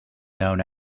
known